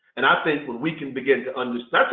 and ah think when we can begin to understand,